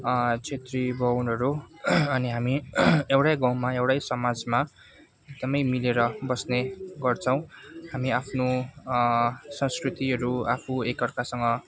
छेत्री बाहुनहरू अनि हामी एउटै गाउँमा एउटै समाजमा एकदमै मिलेर बस्ने गर्छौँ हामी आफ्नो संस्कृतिहरू आफू एक अर्कासँग